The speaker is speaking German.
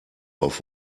auf